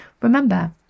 Remember